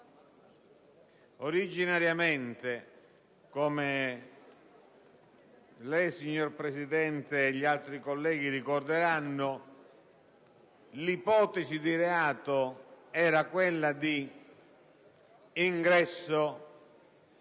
Originariamente, come lei, signor Presidente, e gli altri colleghi ricorderanno, l'ipotesi di reato era quella di ingresso